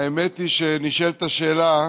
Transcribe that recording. האמת היא שנשאלת השאלה: